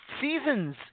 seasons